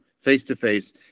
face-to-face